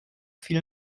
viel